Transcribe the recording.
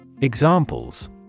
Examples